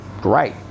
great